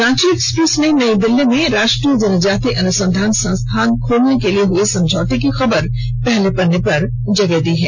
Ranchi express ने नई दिल्ली में राष्ट्रीय जनजाति अनुसंधान संस्थान खोलने के लिए हुए समझौते की खबर पहले पेज पर जगह दी है